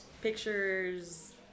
pictures